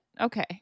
Okay